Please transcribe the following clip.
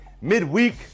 midweek